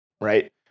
right